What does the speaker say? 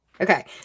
Okay